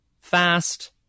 fast